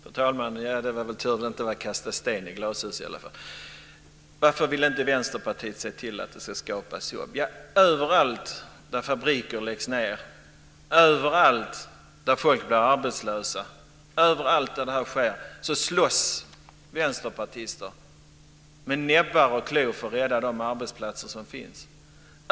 Fru talman! Det var tur att det inte gällde att kasta sten i glashus i alla fall. Varför vill inte Vänsterpartiet se till att det ska skapas jobb? Överallt där fabriker läggs ned, överallt där folk blir arbetslösa, överallt där detta sker, slåss vänsterpartister med näbbar och klor för att rädda de arbetsplatser som finns.